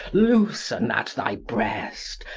loosen at thy breast,